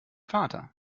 vater